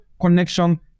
connection